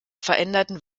veränderten